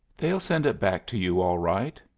they'll send it back to you all right.